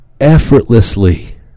effortlessly